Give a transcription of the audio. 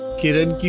kiran